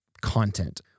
content